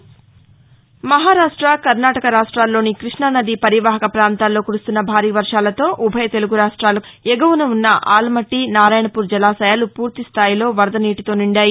ులా మహారాష్ట కర్ణాటక రాష్ట్రాల్లోని కృష్ణానదీ పరివాహక ప్రాంతాల్లో కురుస్తున్న భారీ వర్షాలతో ఉభయ తెలుగు రాష్ట్రాల ఎగువన ఉన్న ఆల్మద్ది నారాయణపూర్ జలాశయాలు పూర్తిస్దాయిలో వరద నీటితో నిండాయి